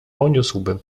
poniósłbym